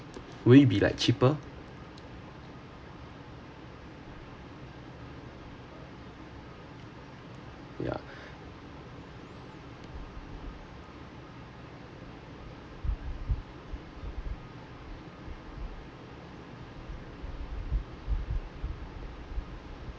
will it be like cheaper yeah